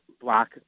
black